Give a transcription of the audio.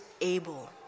able